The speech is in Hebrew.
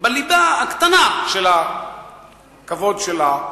בליבה הקטנה של הכבוד שלה,